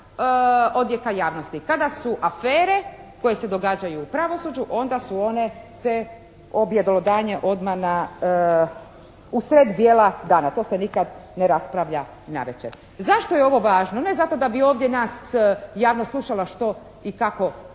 odjeka javnosti. Kada su afere koje se događaju u pravosuđu onda su one se objelodane odmah u sred bijela dana. To se nikad ne raspravlja navečer. Zašto je ovo važno? Ne zato da bi ovdje nas javnost slušala što i kako